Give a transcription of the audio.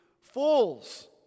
fools